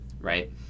right